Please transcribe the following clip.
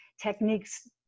techniques